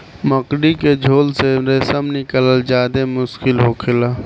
मकड़ी के झोल से रेशम निकालल ज्यादे मुश्किल होखेला